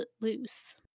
loose